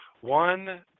one